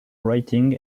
writing